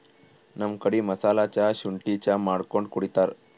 ನಮ್ ಕಡಿ ಮಸಾಲಾ ಚಾ, ಶುಂಠಿ ಚಾ ಮಾಡ್ಕೊಂಡ್ ಕುಡಿತಾರ್